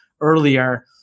earlier